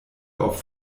auf